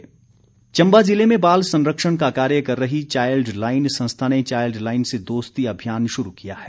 child line Chamba जिले में बाल संरक्षण का कार्य कर रही चाईल्ड लाईन संस्था ने चाईल्ड लाईन से दोस्ती अभियान शुरू किया है